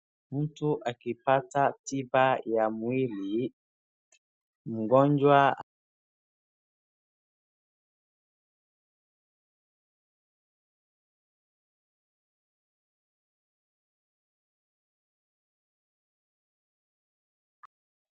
Mtu akipata tiba ya mwili. Mgonjwa...